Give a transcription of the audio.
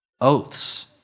oaths